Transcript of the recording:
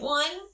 one